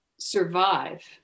survive